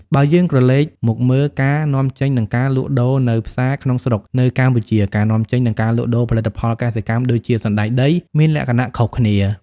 បើយើងក្រលេកមកមើលការនាំចេញនិងការលក់ដូរនៅផ្សារក្នុងស្រុក នៅកម្ពុជា ការនាំចេញ និងការលក់ដូរផលិតផលកសិកម្មដូចជាសណ្ដែកដីមានលក្ខណៈខុសគ្នា។